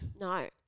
no